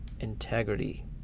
integrity